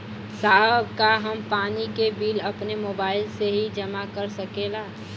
साहब का हम पानी के बिल अपने मोबाइल से ही जमा कर सकेला?